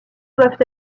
doivent